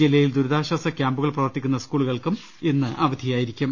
ജില്ല യിൽ ദുരിതാശ്വാസക്യാമ്പുകൾ പ്രവർത്തിക്കുന്ന സ്കൂളുകൾക്കും അവധിയായിരിക്കും